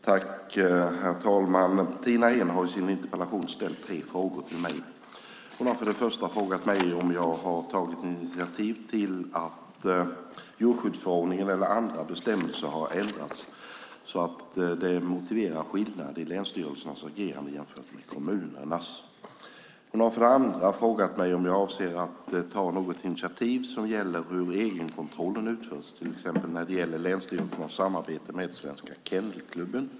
Herr talman! Tina Ehn har i sin interpellation ställt tre frågor till mig. Hon har för det första frågat mig om jag har tagit initiativ till att djurskyddsförordningar eller andra bestämmelser har ändrats så att det motiverar skillnader i länsstyrelsernas agerande jämfört med kommunernas. Hon har för det andra frågat mig om jag avser att ta något initiativ som gäller hur egenkontrollen utförs, till exempel när det gäller länsstyrelsernas samarbete med Svenska Kennelklubben.